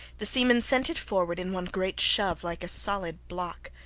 the seamen sent it forward in one great shove, like a solid block.